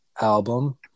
album